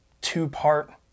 two-part